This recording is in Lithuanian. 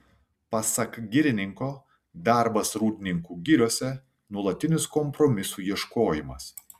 pasak girininko darbas rūdninkų giriose nuolatinis kompromisų ieškojimas